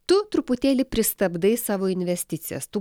tu truputėlį pristabdai savo investicijas tu